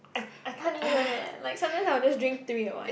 I I can't even leh like sometimes I will just drink three at once